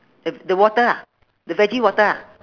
the the water ah the veggie water ah